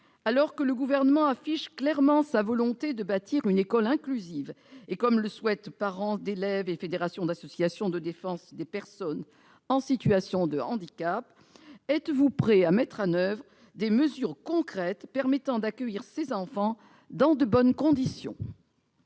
alors que le Gouvernement affiche clairement sa volonté de bâtir une école inclusive, conformément au souhait des parents d'élèves et des fédérations d'associations de défense des personnes en situation de handicap, êtes-vous prêt à mettre en oeuvre des mesures concrètes permettant d'accueillir ces enfants dans de bonnes conditions ?